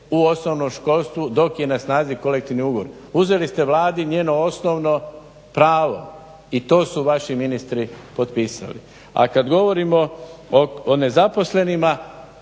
u osnovnom školstvu dok je na snazi kolektivni ugovor. Uzeli ste Vladi njeno osnovno pravo i to su vaši ministri potpisali. A kad govorimo o nezaposlenima